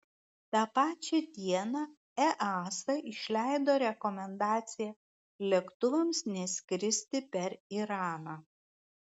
tą pačią dieną easa išleido rekomendaciją lėktuvams neskristi per iraną